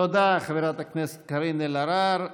תודה, חברת הכנסת קארין אלהרר.